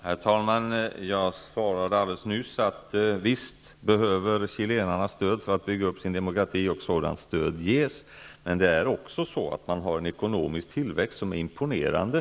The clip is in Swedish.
Herr talman! Jag svarade alldeles nyss att chilenarna visst behöver stöd för att bygga upp sin demokrati, och sådant stöd ges. Men de har också en ekonomisk tillväxt som är imponerande.